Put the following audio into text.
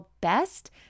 best